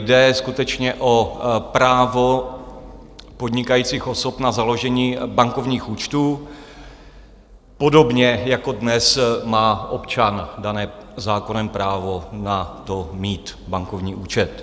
Jde skutečně o právo podnikajících osob na založení bankovních účtů, podobně jako dnes má občan dané zákonem právo na to, mít bankovní účet.